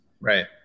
Right